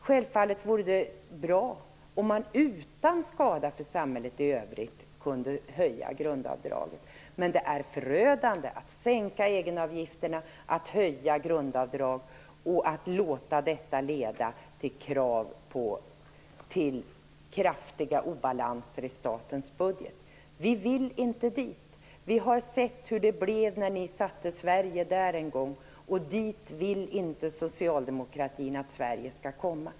Självfallet vore det bra om man utan skada för samhället i övrigt kunde höja grundavdraget, men det är förödande att sänka egenavgifterna, att höja grundavdraget och att låta detta leda till kraftiga obalanser i statens budget. Vi vill inte dit. Vi har sett hur det blev när ni satte Sverige där en gång, och dit vill inte socialdemokratin att Sverige skall komma.